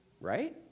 right